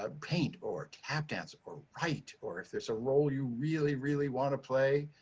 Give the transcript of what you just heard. ah paint or tap dance or write or if there's a role you really, really want to play,